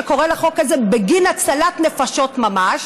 שקורא לחוק הזה הצלת נפשות ממש,